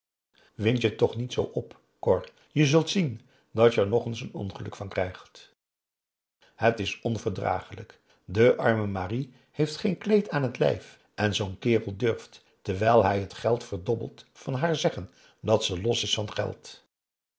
wind je toch niet zoo op cor je zult zien dat je er nog eens n ongeluk van krijgt het is onverdragelijk de arme marie heeft geen kleed aan het lijf en zoo'n kerel durft terwijl hij het geld verdobbelt van haar zeggen dat ze los is van geld